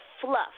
fluff